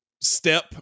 step